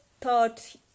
thought